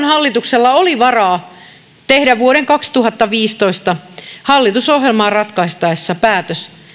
hallituksella oli varaa tehdä vuoden kaksituhattaviisitoista hallitusohjelmaa ratkaistaessa päätös